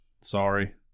Sorry